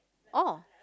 oh